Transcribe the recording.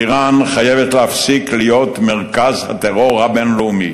איראן חייבת להפסיק להיות מרכז הטרור הבין-לאומי,